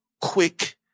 quick